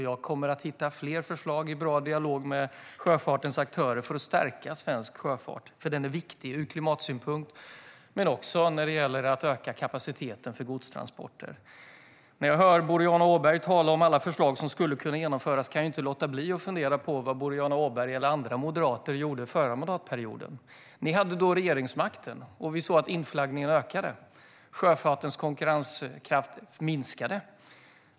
Jag kommer att hitta fler förslag i bra dialog med sjöfartens aktörer för att stärka svensk sjöfart, för den är viktig ur klimatsynpunkt och när det gäller att öka kapaciteten för godstransporter. När jag hör Boriana Åberg tala om alla förslag som skulle kunna genomföras kan jag inte låta bli att fundera på vad Boriana Åberg eller andra moderater gjorde under förra mandatperioden. Ni hade då regeringsmakten, och vi såg att utflaggningen ökade och sjöfartens konkurrenskraft minskade.